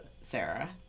Sarah